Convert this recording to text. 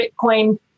Bitcoin